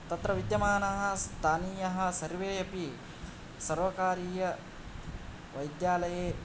तत्र विद्यमानाः स्थानीयाः सर्वे अपि सर्वकारीय वैद्यालये